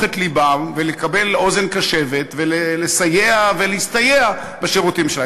את לבם ולקבל אוזן קשבת ולסייע ולהסתייע בשירותים שלה.